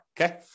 Okay